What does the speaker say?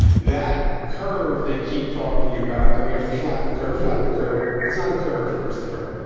that curve, they keep talking about that we have to flatten the curve, flatten the curve. that's not a curve, christopher.